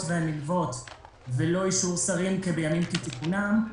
והמילוות ולא אישור שרים כבימים כתיקונם,